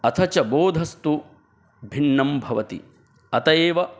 अथ च बोधस्तु भिन्नं भवति अत एव